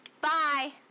bye